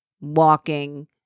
walking